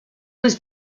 was